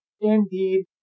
Indeed